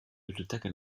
biblioteca